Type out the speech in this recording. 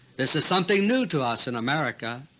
this is something new to us in america.